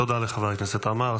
תודה לחבר הכנסת עמאר.